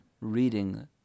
reading